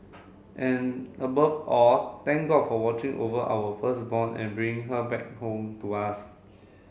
and above all thank God for watching over our firstborn and bringing her back home to us